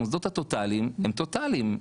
והמוסדות הטוטאליים הם טוטאליים ,